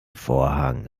vorhang